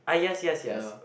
ah yes yes yes